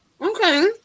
Okay